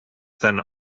than